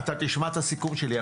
אתה תשמע את הסיכום שלי,